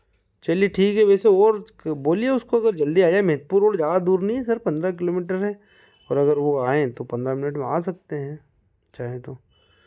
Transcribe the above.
चलिए ठीक है वैसे और बोलिए उसको अगर जल्दी आ जाए महिपुर रोड ज़्यादा दूर नहीं है सर पंद्रह किलोमीटर है और अगर वह आए तो पन्द्रह मिनट में आ सकते हैं चाहें तो